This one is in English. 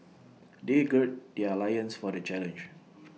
they gird their loins for the challenge